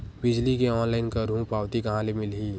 बिजली के ऑनलाइन करहु पावती कहां ले मिलही?